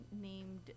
named